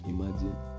Imagine